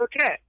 okay